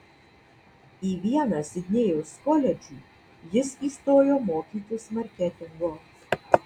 į vieną sidnėjaus koledžų jis įstojo mokytis marketingo